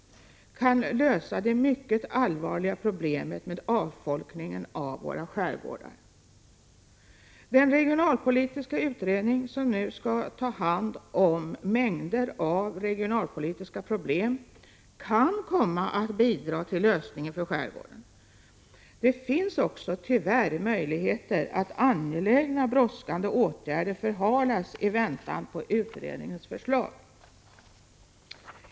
1986/87:129 det mycket allvarliga problemet med avfolkningen av skärgårdarna. Den 22 maj 1987 regionalpolitiska utredning som nu skall ta hand om mängder av regionalpolitiska problem kan komma att bidra till lösningar för skärgården. Det är också, tyvärr, möjligt att angelägna, brådskande åtgärder förhalas i väntan på utredningens förslag.